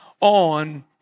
on